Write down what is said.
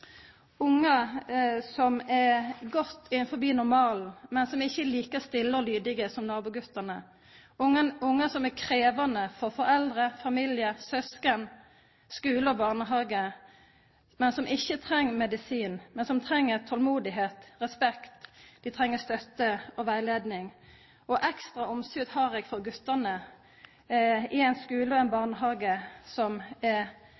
unge som er, som vi seier i Bergen, «nåkke for seg sjøl», som ikkje er som gjennomsnittet, men som skapar det, ungar som er godt innanfor normalen, men som ikkje er like stille og lydige som nabogutane, ungar som er krevjande for foreldre, familie, sysken, skule og barnehage, og som ikkje treng medisin, men som treng tålmod, respekt, støtte og rettleiing. Ekstra omsut har eg for gutane i ein